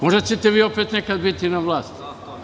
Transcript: Možda ćete vi opet nekada biti na vlasti.